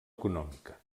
econòmica